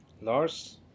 Lars